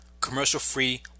commercial-free